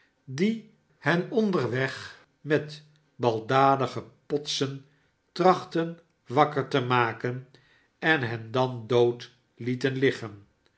die hen onderweg met baldadige potsen trachtten wakker te maken en hen dan dood lieten liggen